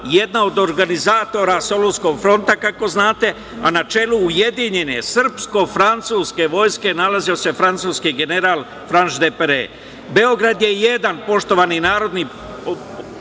jedna od organizatora Solunska fronta, kako znate, a na čelu ujedinjene srpsko-francuske vojske nalazio se francuski general Franš d`Epere. Beograd je jedan, poštovani narodni